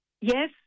Yes